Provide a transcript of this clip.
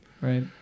right